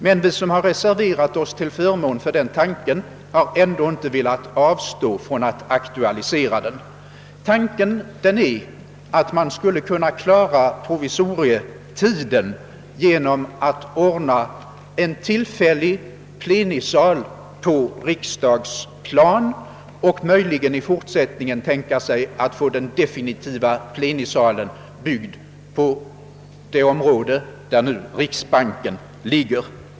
Men vi som reserverat oss har ändå inte velat avstå från att aktualisera tanken, att riksdagen skulle kunan klara provisorietiden genom att en tillfällig plenisal uppfördes på riksdagshusplanen, och möjligen att den definitiva plenisalen byggdes på det område där riksbanken nu ligger.